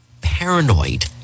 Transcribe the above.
paranoid